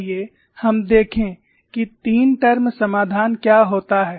आइए हम देखें कि तीन टर्म समाधान क्या होता है